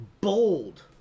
bold